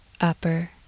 upper